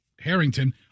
Harrington